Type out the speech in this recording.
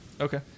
Okay